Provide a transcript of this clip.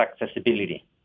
accessibility